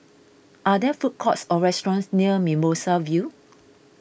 are there food courts or restaurants near Mimosa View